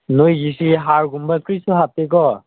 ꯅꯣꯏꯒꯤꯁꯤ ꯍꯥꯔꯒꯨꯝꯕ ꯀꯔꯤꯁꯨ ꯍꯥꯞꯇꯦꯀꯣ